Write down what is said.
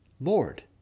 Lord